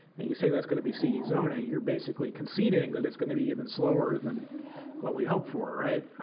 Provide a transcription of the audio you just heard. and you say that's going to be ce zoning you are basically conceding but it's going to be even slower than what we hoped for. right?